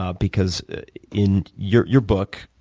ah because in your your book,